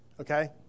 okay